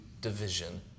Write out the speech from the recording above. division